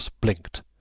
blinked